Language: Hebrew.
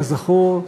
כזכור,